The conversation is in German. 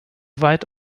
weit